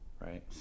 right